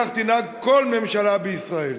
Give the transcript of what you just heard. כך תנהג כל ממשלה בישראל.